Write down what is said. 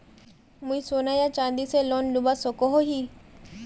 मुई सोना या चाँदी से लोन लुबा सकोहो ही?